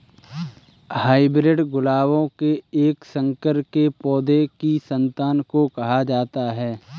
hybrid गुलाबों के एक संकर के पौधों की संतान को कहा जाता है